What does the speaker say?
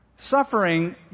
Suffering